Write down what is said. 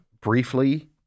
Briefly